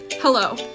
Hello